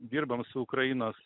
dirbam su ukrainos